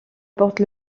porte